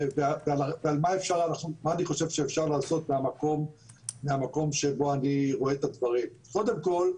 ומה אני חושב שאפשר לעשות מהמקום שבו אני רואה את הדברים: קודם כל,